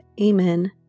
Amen